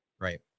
Right